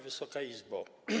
Wysoka Izbo!